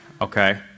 okay